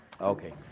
Okay